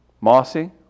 Mossy